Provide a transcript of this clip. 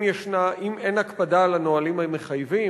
אם אין הקפדה על הנהלים המחייבים,